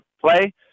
play